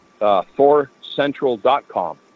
ThorCentral.com